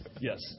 yes